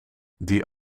die